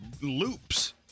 loops